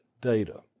data